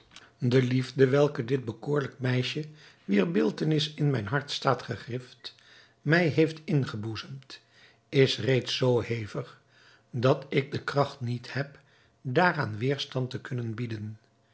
de liefde welke dit bekoorlijke meisje wier beeldtenis in mijn hart staat gegrift mij heeft ingeboezemd is reeds zoo hevig dat ik de kracht niet heb daaraan weêrstand te kunnen bieden